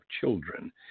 children